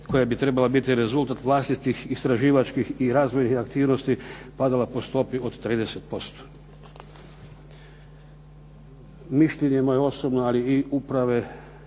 koja bi trebala biti rezultat vlasničkih istraživačkih i razvojnih aktivnosti padala po stopi od 30%. Mišljenje moje osobno ali i uprave